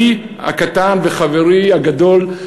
אני הקטן וחברי הגדול,